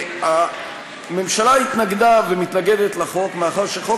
הממשלה התנגדה ומתנגדת לחוק מאחר שחוק